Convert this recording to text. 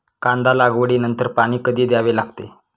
कांदा लागवडी नंतर पाणी कधी द्यावे लागते?